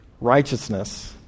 Righteousness